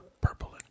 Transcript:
Purple